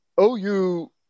OU